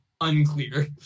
unclear